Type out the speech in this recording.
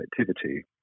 activity